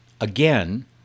Again